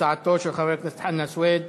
הצעתו של חבר הכנסת חנא סוייד